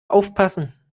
aufpassen